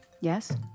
Yes